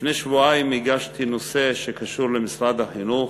לפני שבועיים הגשתי נושא שקשור למשרד החינוך,